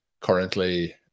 currently